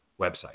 website